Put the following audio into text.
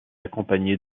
accompagné